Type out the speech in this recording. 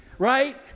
Right